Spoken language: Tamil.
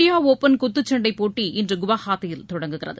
இந்தியா ஒபன் குத்துச்சண்டை போட்டி இன்று குவஹாத்தியில் தொடங்குகிறது